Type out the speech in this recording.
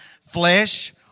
Flesh